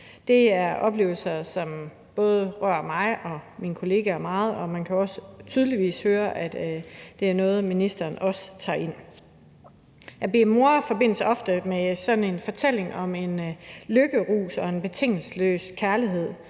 Det er oplevelser, som rører både mig og mine kolleger meget, og man kan også tydeligt høre, at det er noget, ministeren tager ind. At blive mor forbindes ofte med en fortælling om en lykkerus og en betingelsesløs kærlighed,